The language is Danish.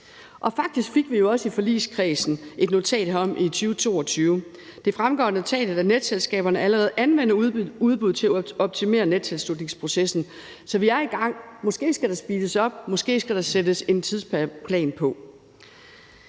Faktisk fik vi jo også i forligskredsen et notat herom i 2022. Det fremgår af notatet, at netselskaberne allerede anvender udbud til at optimere nettilslutningsprocessen. Så vi er i gang. Måske skal der speedes op; måske skal der sættes en tidsplan på.